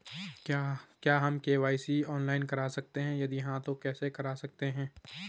क्या हम KYC online करा सकते हैं यदि हाँ तो कैसे करा सकते हैं?